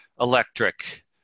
electric